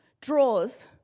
draws